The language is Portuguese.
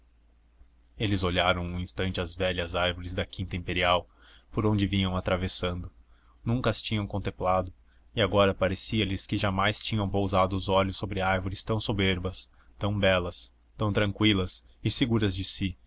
eles olharam um instante as velhas árvores da quinta imperial por onde vinham atravessando nunca as tinham contemplado e agora parecia lhes que jamais tinham pousado os olhos sobre árvores tão soberbas tão belas tão tranqüilas e seguras de si